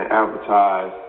advertise